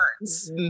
words